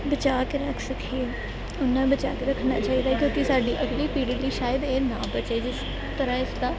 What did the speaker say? ਬਚਾ ਕੇ ਰੱਖ ਸਖੀਏ ਉਨਾ ਬਚਾਅ ਕੇ ਰੱਖਣਾ ਚਾਹੀਦਾ ਹੈ ਕਿਉਂਕਿ ਸਾਡੀ ਅਗਲੀ ਪੀੜ੍ਹੀ ਲਈ ਸ਼ਾਇਦ ਇਹ ਨਾ ਬਚੇ ਜਿਸ ਤਰ੍ਹਾਂ ਇਸ ਦਾ